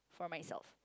for myself